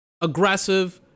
aggressive